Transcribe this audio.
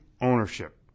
ownership